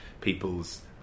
people's